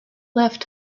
left